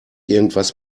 irgendwas